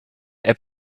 app